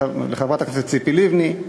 לחברת הכנסת ציפי לבני.